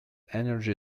energy